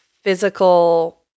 physical